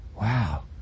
Wow